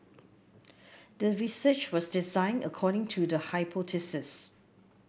the research was designed according to the hypothesis